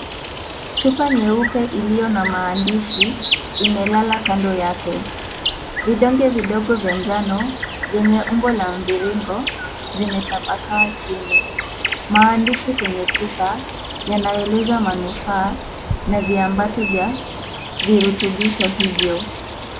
Chupa nyeupe iliyo na maandishi imelala kando yake. Vidonge vidogo vya njano venye umbo la mviringo vimetabakaa chini. Maandishi kwenye chupa yanaeleza manufaa na viambato vya virutubishi hivyo.